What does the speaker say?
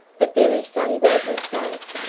but there is some great mistake.